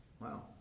Wow